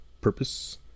purpose